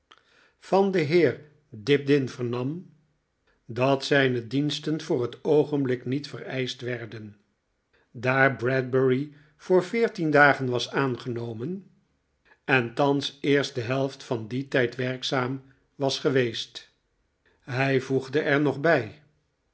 van den heer dibdin vernam dat zijne diensten voor net oogenblik niet vereischt werden daar bradbury voor veertien dagen was aangenomen en thans eerst de helft van dien tijd werkzaam was geweest hij voegde er nog bij